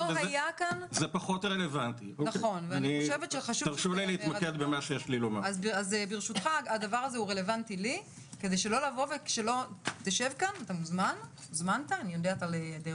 אני קיבלתי אישור להיכנס לפה בבוקר אבל להתעסק בזה זה פחות רלוונטי.